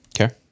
Okay